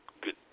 good